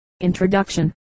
Introduction